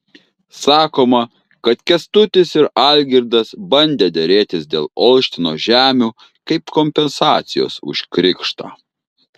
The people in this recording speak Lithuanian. sakoma kad kęstutis ir algirdas bandę derėtis dėl olštino žemių kaip kompensacijos už krikštą